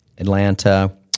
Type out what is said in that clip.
Atlanta